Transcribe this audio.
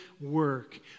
work